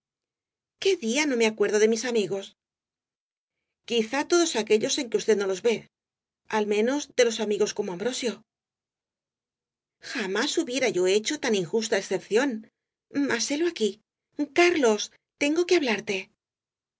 qué día no me acuerdo de mis amigos quizá todos aquellos en que usted no los ve al menos de los amigos como ambrosio jamás hubiera yo hecho tan injusta excepción mas helo aquí carlos tengo que hablarte